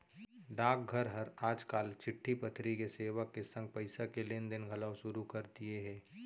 डाकघर हर आज काल चिट्टी पतरी के सेवा के संग पइसा के लेन देन घलौ सुरू कर दिये हे